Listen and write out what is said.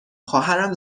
خواهرم